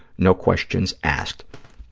no questions asked.